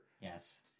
Yes